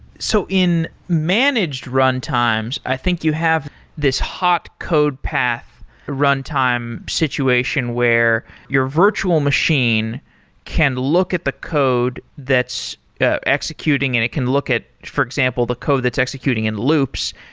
so in managed runtimes, i think you have this hot code path runtime situation where your virtual machine can look at the code that's executing and it can look at, for example, the code that's executing in loops.